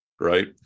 right